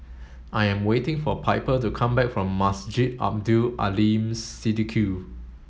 I am waiting for Piper to come back from Masjid Abdul Aleem Siddique